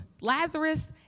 Lazarus